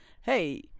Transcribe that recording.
hey